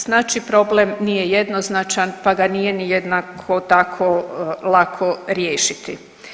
Znači problem nije jednoznačan pa ga nije ni jednako tako, lako riješiti.